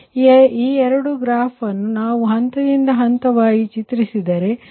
ಆದ್ದರಿಂದ ಈ ಎರಡು ಗ್ರಾಫ್ ಅನ್ನು ನಾವು ಹಂತದಿಂದ ಹಂತವಾಗಿ ಚಿತ್ರಿಸಿದರೆ ಉದಾಹರಣೆಗೆ 39